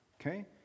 okay